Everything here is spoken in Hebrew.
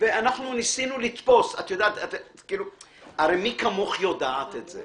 ואנחנו ניסינו לתפוס הרי מי כמוך יודעת את זה.